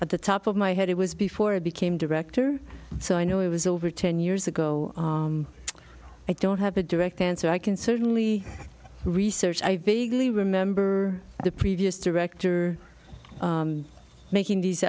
at the top of my head it was before i became director so i know it was over ten years ago i don't have a direct answer i can certainly research i vaguely remember the previous director making these